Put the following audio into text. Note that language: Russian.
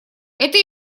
это